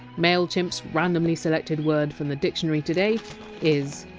mailchimp! s randomly selected word from the dictionary today is!